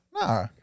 Nah